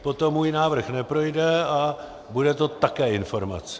Potom můj návrh neprojde a bude to také informace.